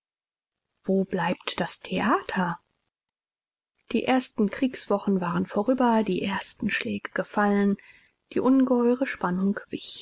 wo bleibt das theater die ersten kriegswochen waren vorüber die ersten schläge gefallen die ungeheure spannung wich